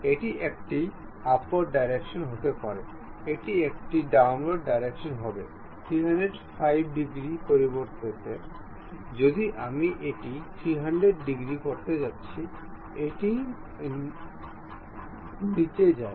এটি একটি upward direction হতে পারে এটি একটি ডাউনওয়ার্ড ডাইরেক্শন হবে 315 ডিগ্রী পরিবর্তে যদি আমি এটি 30 ডিগ্রী করতে যাচ্ছি এটি নিচে যায়